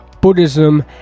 buddhism